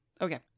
Okay